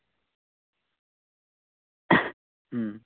ᱦᱩᱸ